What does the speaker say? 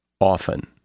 often